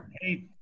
Hey